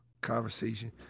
conversation